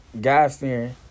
God-fearing